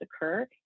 occur